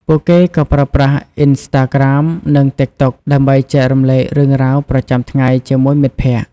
ពួកគេក៏ប្រើប្រាស់ អុីនស្តាក្រាម និង តីកតុក ដើម្បីចែករំលែករឿងរ៉ាវប្រចាំថ្ងៃជាមួយមិត្តភក្តិ។